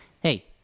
Hey